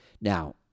Now